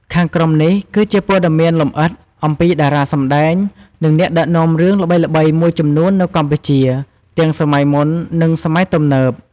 ខាងក្រោមនេះគឺជាព័ត៌មានលម្អិតអំពីតារាសម្តែង និងអ្នកដឹកនាំរឿងល្បីៗមួយចំនួននៅកម្ពុជា ទាំងសម័យមុន និងសម័យទំនើប។